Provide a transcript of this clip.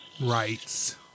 rights